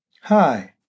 Hi